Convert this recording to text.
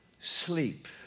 sleep